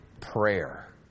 prayer